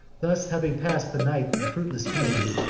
thus having pass'd the night in fruitless pain,